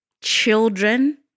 children